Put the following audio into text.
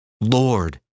Lord